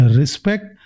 respect